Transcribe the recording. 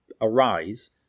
arise